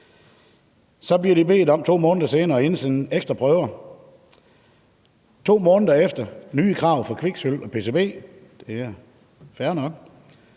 De bliver så bedt om 2 måneder senere at indsende ekstra prøver, og 2 måneder efter er der nye krav for kviksølv og pcb – og det er fair nok